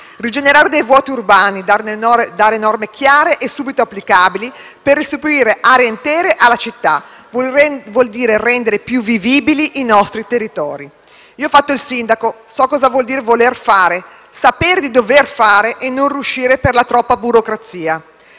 Rigenerare dei vuoti urbani, dare norme chiare e subito applicabili per restituire aree intere alla città, vuol dire rendere più vivibili i nostri territori. Io ho fatto il sindaco, so cosa vuol dire voler fare, saper di dover fare e non riuscire per la troppa burocrazia.